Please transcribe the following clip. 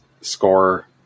score